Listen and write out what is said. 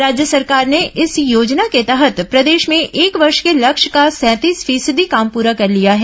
राज्य सरकार ने इस योजना के तहत प्रदेश में एक वर्ष के लक्ष्य का सैंतीस फीसदी काम पूरा कर लिया है